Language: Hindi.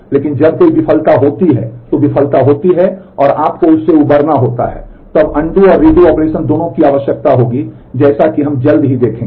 लेकिन जब कोई विफलता होती है तो विफलता होती है और आपको उससे उबरना होता है तब अनडू ऑपरेशन दोनों की आवश्यकता होगी जैसा कि हम जल्द ही देखेंगे